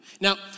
Now